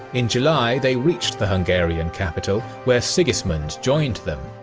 in july, they reached the hungarian capital where sigismund joined them.